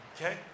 Okay